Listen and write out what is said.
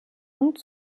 und